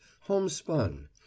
homespun